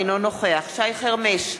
אינו נוכח שי חרמש,